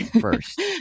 first